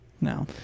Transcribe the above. No